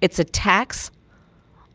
it's a tax